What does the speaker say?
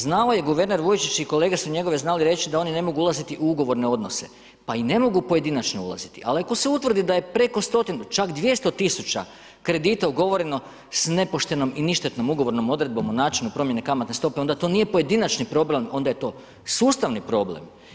Znao je guverner Vujčić i kolege su njegove znali reći da oni ne mogu ulaziti u ugovorne odnose pa i ne mogu pojedinačno ulaziti, ali ako se utvrdi da je preko stotinu, čak 200 000 kredita ugovoreno s nepoštenom i ništetnom ugovornom odredbom o načinu promjene kamatne stope, onda to nije pojedinačni problem, onda je to sustavni problem.